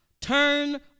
turn